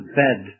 bed